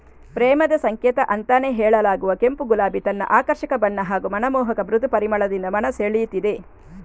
ಪ್ರೇಮದ ಸಂಕೇತ ಅಂತಾನೇ ಹೇಳಲಾಗುವ ಕೆಂಪು ಗುಲಾಬಿ ತನ್ನ ಆಕರ್ಷಕ ಬಣ್ಣ ಹಾಗೂ ಮನಮೋಹಕ ಮೃದು ಪರಿಮಳದಿಂದ ಮನ ಸೆಳೀತದೆ